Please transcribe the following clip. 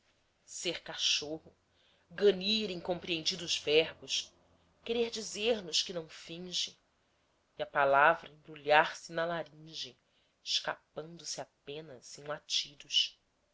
ser cachorro ganir incompreendidos verbos querer dizer-nos que não finge e a palavra embrulhar se na laringe escapando se apenas em latidos